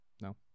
No